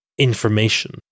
information